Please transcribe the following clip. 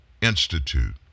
Institute